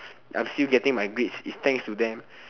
I'm still getting my grades thanks to them